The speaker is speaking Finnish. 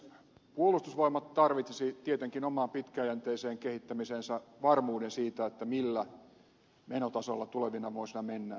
puolustusvoimat tarvitsisi tietenkin omaan pitkäjänteiseen kehittämiseensä varmuuden siitä millä menotasolla tulevina vuosina mennään